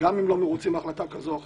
גם אם לא מרוצים מהחלטה כזאת או אחרת,